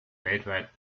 weltweit